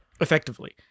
effectively